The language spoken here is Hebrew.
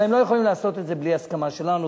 אבל הם לא יכולים לעשות את זה בלי הסכמה שלנו,